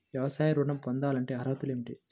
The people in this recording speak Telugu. వ్యవసాయ ఋణం పొందాలంటే అర్హతలు ఏమిటి?